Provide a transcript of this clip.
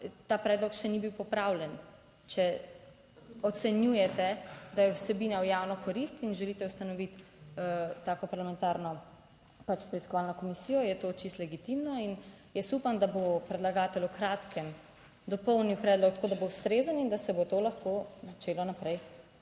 ta predlog še ni bil popravljen. Če ocenjujete, da je vsebina v javno korist in želite ustanoviti tako parlamentarno preiskovalno komisijo, je to čisto legitimno in jaz upam, da bo predlagatelj v kratkem dopolnil predlog tako, da bo ustrezen in da se bo to lahko začelo naprej